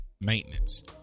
maintenance